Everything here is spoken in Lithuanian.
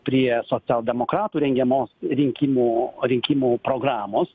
prie socialdemokratų rengiamos rinkimų rinkimų programos